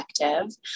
effective